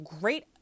great